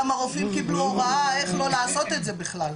הרופאים קיבלו הוראה איך לא לעשות את זה בכלל.